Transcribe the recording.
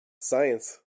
Science